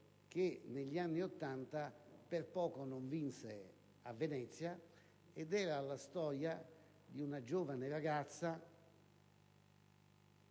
che negli anni Novanta per poco non vinse a Venezia: trattava la storia di una giovane ragazza,